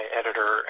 editor